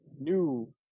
new